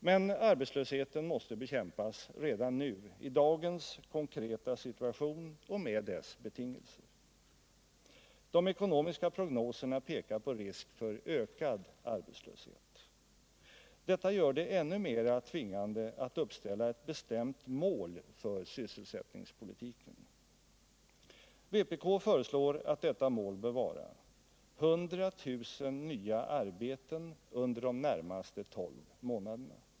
Men arbetslösheten måste bekämpas redan nu, i dagens konkreta situation och med dess betingelser. De ekonomiska prognoserna pekar på risk för ökad arbetslöshet. Detta gör det ännu mera tvingande att uppställa ett bestämt mål för sysselsättningspolitiken. Vpk föreslår att detta mål bör vara: 100 000 nya arbeten under de närmaste tolv månaderna.